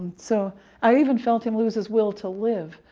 so i even felt him lose his will to live.